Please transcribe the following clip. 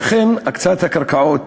לכן, הקצאת הקרקעות